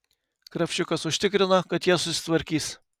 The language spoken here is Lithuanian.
kravčiukas užtikrino kad jie susitvarkys